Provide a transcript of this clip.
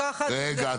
אני לוקחת --- רגע,